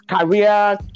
career